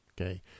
okay